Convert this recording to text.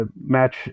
match